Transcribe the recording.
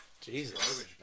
jesus